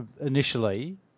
initially